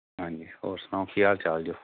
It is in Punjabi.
ਹਾਂਜੀ ਹੋਰ ਸੁਣਾਓ ਕੀ ਹਾਲ ਚਾਲ ਜੇ